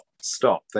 stop